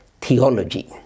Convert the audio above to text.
theology